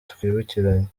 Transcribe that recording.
twibukiranye